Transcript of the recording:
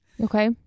Okay